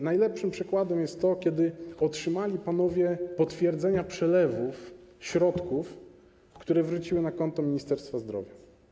Najlepszym przykładem jest sytuacja, kiedy otrzymali panowie potwierdzenia przelewów środków, które wróciły na konto Ministerstwa Zdrowia.